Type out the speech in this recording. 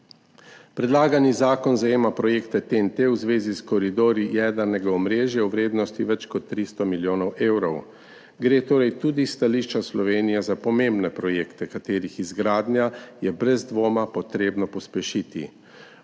Predlagani zakon zajema projekte TEN-T v zvezi s koridorji jedrnega omrežja v vrednosti več kot 300 milijonov evrov. Gre torej tudi s stališča Slovenije za pomembne projekte, katerih izgradnjo je brez dvoma treba pospešiti.